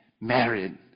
married